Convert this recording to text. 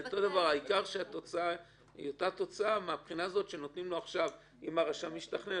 העיקר שהתוצאה היא אותה תוצאה מהבחינה הזאת שאם הרשם השתכנע,